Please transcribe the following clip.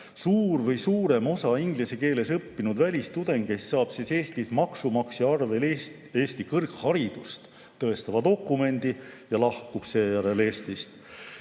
Suur või suurem osa inglise keeles õppinud välistudengeist saab Eestis maksumaksja arvel Eesti kõrgharidust tõendava dokumendi ja lahkub seejärel Eestist.